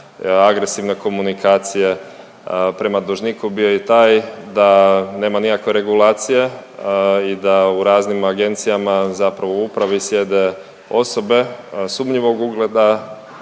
agresivne komunikacije prema dužniku, bio je i taj da nema nikakve regulacije i da u raznim agencijama, zapravo u upravi sjede osobe sumnjivog ugleda,